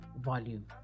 Volume